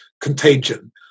contagion